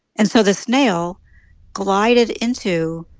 and so the snail glided into